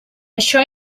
això